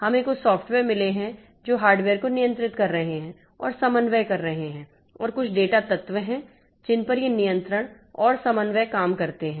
हमें कुछ सॉफ़्टवेयर मिले हैं जो हार्डवेयर को नियंत्रित कर रहे हैं और समन्वय कर रहे हैं और कुछ डेटा तत्व हैं जिन पर ये नियंत्रण और समन्वय काम करते हैं